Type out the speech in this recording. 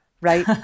right